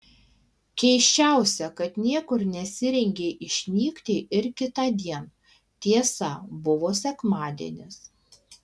keisčiausia kad niekur nesirengė išnykti ir kitądien tiesa buvo sekmadienis